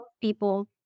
people